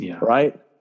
right